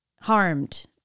harmed